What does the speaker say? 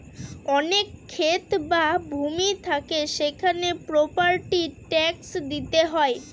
অনেক ক্ষেত বা ভূমি থাকে সেখানে প্রপার্টি ট্যাক্স দিতে হয়